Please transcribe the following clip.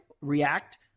react